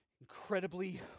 incredibly